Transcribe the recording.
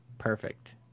perfect